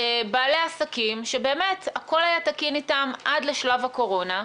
כי מגיעים בעלי עסקים שהכול היה תקין אתם עד לשלב הקורונה,